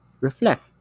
reflect